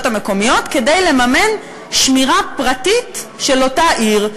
המקומיות כדי לממן שמירה פרטית של אותה עיר.